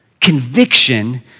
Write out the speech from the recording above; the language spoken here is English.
conviction